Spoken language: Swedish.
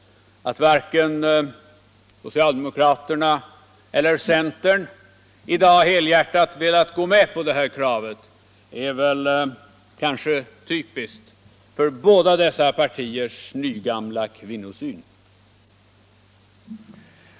Att varken socialdemokraterna eller centern i dag helhjärtat velat stödja detta krav är kanske typiskt för båda dessa partiers ”nygamla” kvinnosyn.